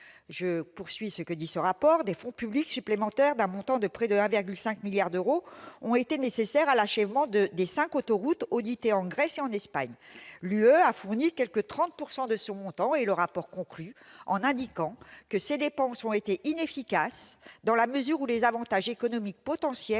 précise également :« Des fonds publics supplémentaires d'un montant de près de 1,5 milliard d'euros ont été nécessaires à l'achèvement des cinq autoroutes auditées en Grèce et en Espagne. L'UE a fourni quelque 30 % de ce montant. » Le rapport conclut en indiquant que « ces dépenses ont été inefficaces dans la mesure où les avantages économiques potentiels